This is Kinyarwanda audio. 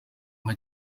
nka